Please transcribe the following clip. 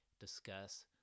discuss